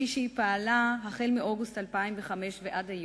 כפי שהיא פעלה החל מאוגוסט 2005 ועד היום,